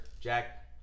Jack